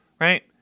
right